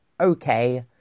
okay